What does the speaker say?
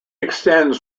extends